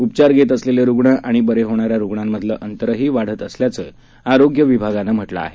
उपचार घेत असलेले रुग्ण आणि बरे होणाऱ्या रुग्णांमधलं अंतरही वाढत असल्याचं आरोग्य विभागानं म्हटलं आहे